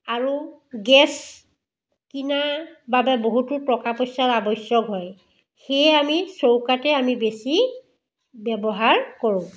আৰু গেছ কিনা বাবে বহুতো টকা পইচা আৱশ্যক হয় সেয়ে আমি চৌকাতে আমি বেছি ব্যৱহাৰ কৰোঁ